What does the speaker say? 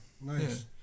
nice